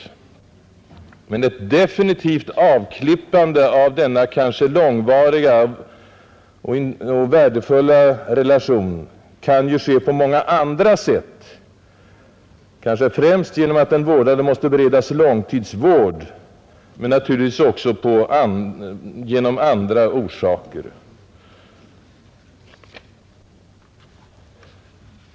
Ett definitivt avklippande av en sådan kanske långvarig och personligt präglad relation kan dock ske på många andra sätt, kanske främst genom att den vårdade måste beredas långtidsvård men naturligtvis också av en rad andra orsaker.